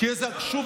כי שוב,